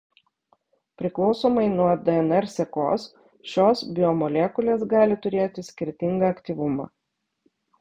priklausomai nuo dnr sekos šios biomolekulės gali turėti skirtingą aktyvumą